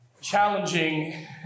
challenging